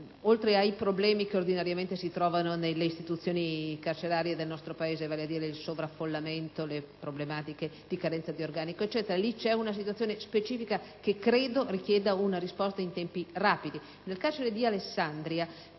oltre ai problemi che ordinariamente si trovano nelle istituzioni carcerarie del nostro Paese, come il sovraffollamento e le problematiche di carenza di organico, è in atto una situazione specifica che credo richieda una risposta in tempi rapidi.